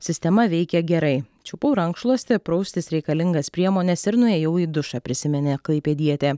sistema veikia gerai čiupau rankšluostį praustis reikalingas priemones ir nuėjau į dušą prisiminė klaipėdietė